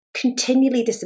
continually